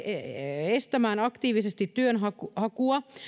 estämään aktiivisesti työnhakua